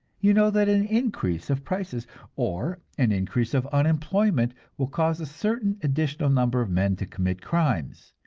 you know that an increase of prices or an increase of unemployment will cause a certain additional number of men to commit crimes,